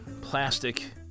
plastic